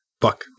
Fuck